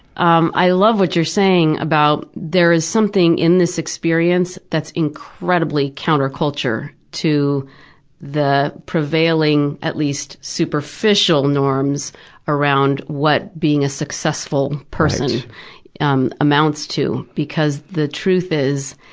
um i love what you're saying about there is something in this experience that's incredibly counterculture, the prevailing at least superficial norms around what being a successful person um amounts to. because the truth is,